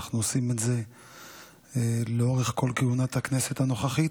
אנחנו עושים את זה לאורך כל כהונת הכנסת הנוכחית,